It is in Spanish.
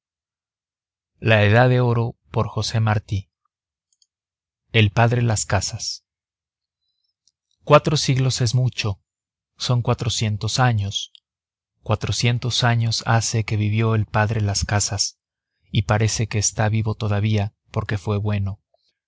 tendido junto a masicas muerto el padre las casas cuatro siglos es mucho son cuatrocientos años cuatrocientos años hace que vivió el padre las casas y parece que está vivo todavía porque fue bueno